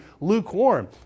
lukewarm